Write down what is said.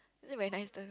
is it very nice the